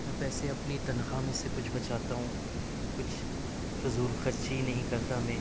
میں پیسے اپنی تنخواہ میں سے کچھ بچاتا ہوں کچھ فضول خرچی نہیں کرتا میں